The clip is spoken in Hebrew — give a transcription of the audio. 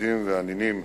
הנכדים והנינים,